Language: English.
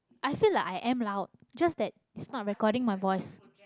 i feel like i am loud just that it's not recording my voice